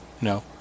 No